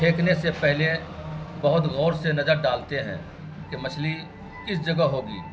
پھینکنے سے پہلے بہت غور سے نظر ڈالتے ہیں کہ مچھلی کس جگہ ہوگی